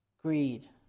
greed